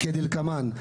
לכן אני תומך